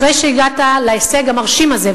אחרי שהגעת להישג המרשים הזה,